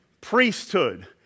priesthood